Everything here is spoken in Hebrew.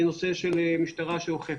הנושא של המשטרה שאוכפת,